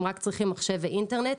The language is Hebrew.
הם רק צריכים מחשב ואינטרנט,